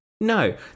No